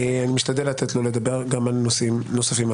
לתת לו לדבר גם על נושאים נוספים.